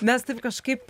mes taip kažkaip